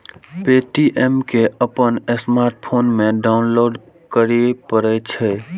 Paytm कें अपन smartphone मे डाउनलोड करय पड़ै छै